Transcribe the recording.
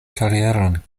karieron